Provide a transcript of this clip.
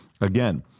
again